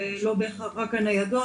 ולא בהכרח רק הניידות,